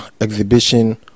exhibition